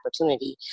opportunity